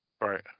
Right